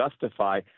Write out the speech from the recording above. justify